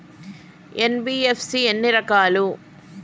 NBFC ఎన్ని రకాలు?